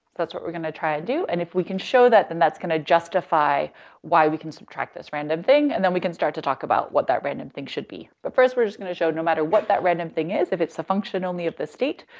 that's what we're gonna try and do, and if we can show that then that's gonna justify why we can subtract this random thing. and then we can start to talk about what that random thing should be. but first, we're just going to show no matter what that random thing is. if it's a function only of the state,